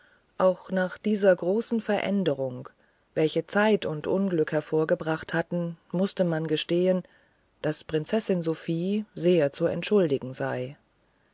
auch nach dieser großen veränderung welche zeit und unglück hervorgebracht hatten mußte man gestehen daß prinzessin sophie sehr zu entschuldigen sei